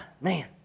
man